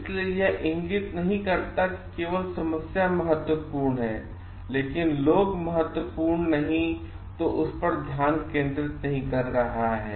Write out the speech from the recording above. इसलिएयह इंगित नहीं करता है कि केवल समस्या महत्वपूर्ण है लेकिन लोग महत्वपूर्ण नहीं और उस पर ध्यान केंद्रित नहीं कर रहा है